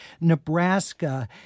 Nebraska